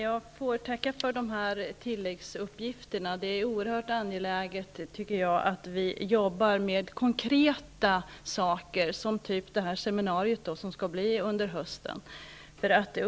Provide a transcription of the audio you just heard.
Herr talman! Jag får tacka för tilläggsuppgifterna. Det är oerhört angeläget, tycker jag, att vi jobbar med konkreta saker, typ det här seminariet som skall ordnas under hösten.